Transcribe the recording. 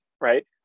right